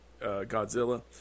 godzilla